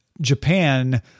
Japan